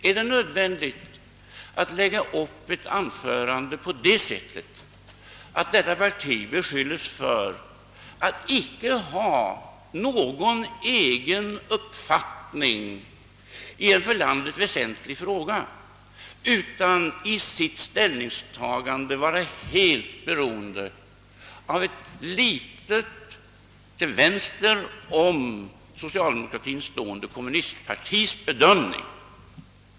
är det nödvändigt att lägga upp ett anförande så, att detta parti beskylls för att icke ha någon egen uppfattning i en för landet väsentlig fråga, utan i sitt ställningstagande vara helt beroende av ett litet, till vänster om socialdemokratin stående kommunistiskt partis bedömning?